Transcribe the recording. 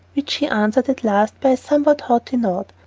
which he answered at last by a somewhat haughty nod.